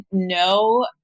No